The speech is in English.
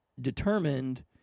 determined